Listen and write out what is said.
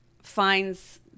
finds